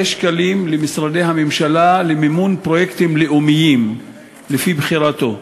שקלים למשרדי הממשלה למימון פרויקטים לאומיים לפי בחירתו.